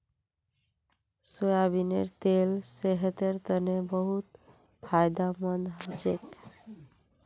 सोयाबीनेर तेल सेहतेर तने बहुत फायदामंद हछेक